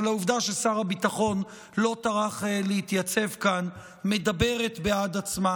אבל העובדה ששר הביטחון לא טרח להתייצב כאן מדברת בעד עצמה.